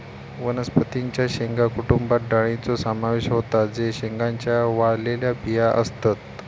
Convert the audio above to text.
वनस्पतीं च्या शेंगा कुटुंबात डाळींचो समावेश होता जे शेंगांच्या वाळलेल्या बिया असतत